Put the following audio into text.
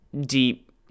deep